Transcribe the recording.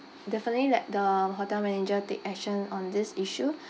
definitely let the hotel manager take action on this issue